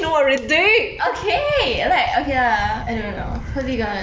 okay like okay lah I don't know who do you gonna like